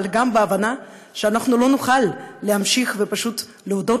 אבל גם בהבנה שאנחנו לא נוכל להמשיך ופשוט להודות